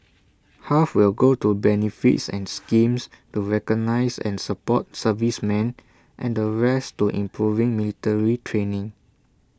half will go to benefits and schemes to recognise and support servicemen and the rest to improving military training